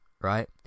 right